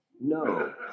No